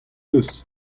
eus